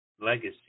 Legacy